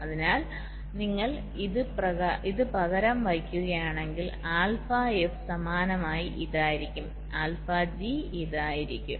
അതിനാൽ നിങ്ങൾ ഇത്പകരം വയ്ക്കുകയാണെങ്കിൽ ആൽഫ എഫ് സമാനമായി ഇതായിരിക്കും ആൽഫ ജി ഇതായിരിക്കും